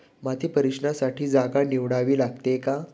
माती परीक्षणासाठी जागा निवडावी लागते का?